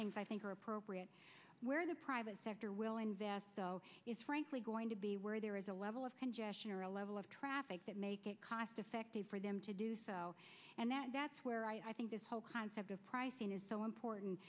things i think are appropriate where the private sector will invest is frankly going to be where there is a level of congestion or a level of traffic that make it cost effective for them to do so and that's where i think this whole concept of pricing is so important